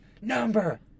number